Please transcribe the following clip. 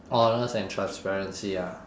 honest and transparency ah